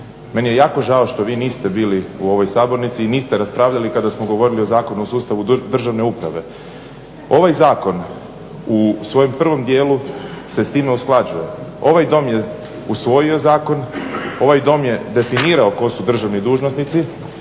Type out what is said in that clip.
meni je jako žao što vi niste bili u ovoj sabornici i niste raspravljali kada smo govorili o Zakonu u sustavu državne uprave. Ovaj zakon u svojem prvom dijelu se s time usklađuje. Ovaj Dom je usvojio zakon, ovaj Dom je definirao tko su državni dužnosnici